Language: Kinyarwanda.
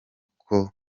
koko